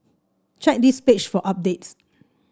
check this page for updates